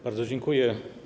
Bardzo dziękuję.